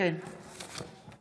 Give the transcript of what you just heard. עד שהרשימה